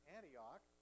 Antioch